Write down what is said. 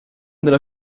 della